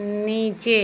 नीचे